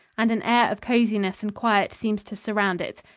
and an air of coziness and quiet seems to surround it.